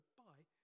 bye